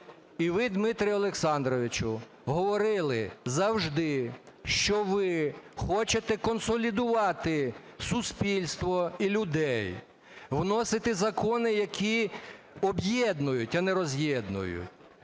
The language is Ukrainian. І ви, Дмитре Олександровичу, говорили завжди, що ви хочете консолідувати суспільство і людей, вносити закони, які об'єднують, а не роз'єднують.